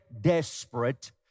desperate